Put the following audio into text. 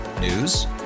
News